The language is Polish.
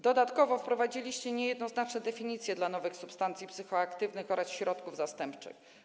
Dodatkowo wprowadziliście niejednoznaczne definicje nowych substancji psychoaktywnych oraz środków zastępczych.